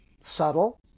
subtle